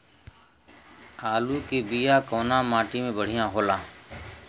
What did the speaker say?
आलू के बिया कवना माटी मे बढ़ियां होला?